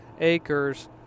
acres